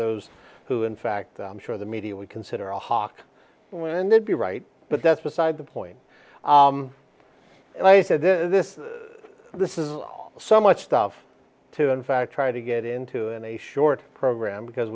those who in fact i'm sure the media would consider a hawk when they'd be right but that's beside the point and i said this this is so much stuff to in fact try to get into in a short program because